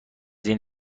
این